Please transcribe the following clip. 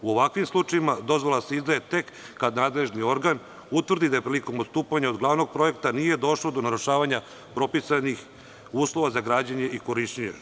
U ovakvim slučajevima dozvola se izdaje tek kada nadležni organ utvrdi da je prilikom odstupanja od glavnog projekta nije došlo do narušavanja propisanih uslova za građenje i korišćenje.